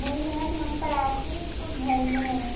नहीं मैम हम पढ़ाते हैं उसको घर में